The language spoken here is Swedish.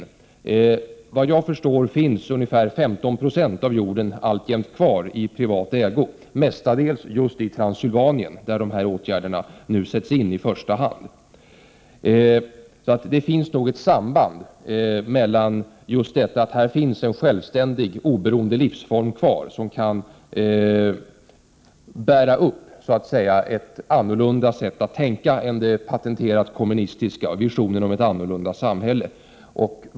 Såvitt jag förstår finns ungefär 15 26 av jorden alltjämt kvar i privat ägo, mestadels just i Transsylvanien där de här åtgärderna nu i första hand sätts in. Det föreligger nog ett samband med att det här finns en självständig, oberoende livsform kvar, som så att säga kan bära upp ett annat sätt att tänka än det patenterat kommunistiska, visionen om ett annat samhälle.